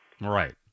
Right